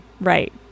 Right